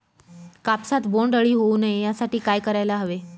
कापसात बोंडअळी होऊ नये यासाठी काय करायला हवे?